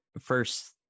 First